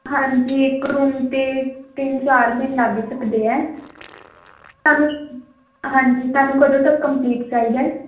ਹਾਂਜੀ ਇੱਕ ਰੂਮ 'ਤੇ ਤਿੰਨ ਚਾਰ ਦਿਨ ਲੱਗ ਸਕਦੇ ਹੈ ਤੁਹਾਨੂੰ ਹਾਂਜੀ ਤੁਹਾਨੂੰ ਕਦੋਂ ਤੱਕ ਕੰਪਲੀਟ ਚਾਹੀਦਾ